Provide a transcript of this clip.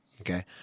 okay